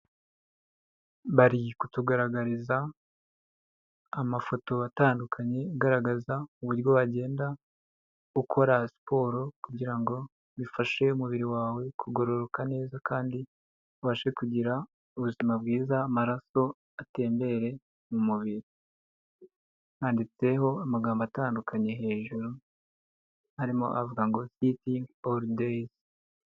Bari kutugaragariza amafoto atandukanye agaragaza uburyo wagenda ukora siporo kugira ngo bifashe umubiri wawe kugororoka neza kandi ubashe kugira ubuzima bwiza, amaraso atembere mu mubiri, handitseho amagambo atandukanye hejuru arimo avuga ngo ''sitingi oru day''.